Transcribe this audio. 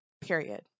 Period